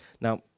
Now